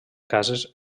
cases